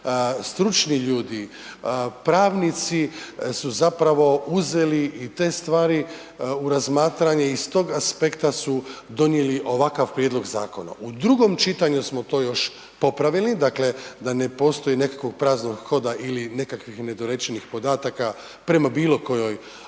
stručni ljudi, pravnici su zapravo uzeli i te stvari u razmatranje i s tog aspekta su donijeli ovakav prijedlog zakona, u drugom čitanju smo to još popravili, dakle da ne postoji nekakvog praznog hoda ili nekakvih nedorečenih podataka prema bilo kojoj